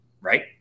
right